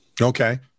okay